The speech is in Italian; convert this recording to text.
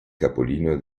capolinea